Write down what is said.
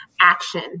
action